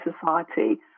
society